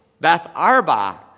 Beth-arba